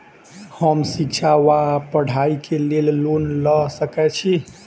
हम शिक्षा वा पढ़ाई केँ लेल लोन लऽ सकै छी?